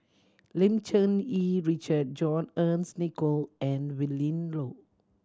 Lim Cherng Yih Richard John Fearns Nicoll and Willin Low